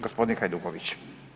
Gospodin Hajduković.